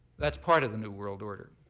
that's part of the new world order.